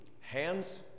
hands